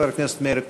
חבר הכנסת מאיר כהן.